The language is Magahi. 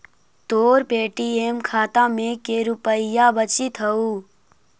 तोर पे.टी.एम खाता में के रुपाइया बचित हउ